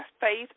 faith